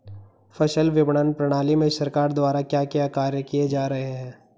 फसल विपणन प्रणाली में सरकार द्वारा क्या क्या कार्य किए जा रहे हैं?